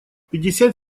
пятьдесят